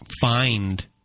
find